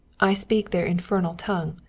i speak their infernal tongue.